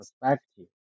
perspective